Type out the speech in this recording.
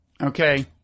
Okay